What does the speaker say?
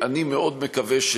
אני מאוד מקווה,